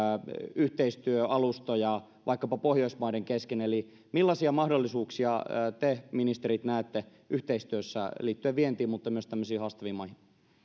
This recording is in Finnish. yhteistyöalustoja vaikkapa pohjoismaiden kesken eli millaisia mahdollisuuksia te ministerit näette yhteistyössä liittyen vientiin mutta myös tämmöisiin haastaviin maihin